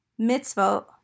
mitzvot